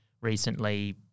recently